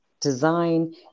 design